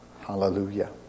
Hallelujah